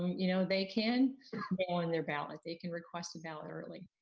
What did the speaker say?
you know they can on their ballot, they can request a ballot early.